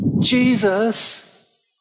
Jesus